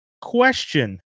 Question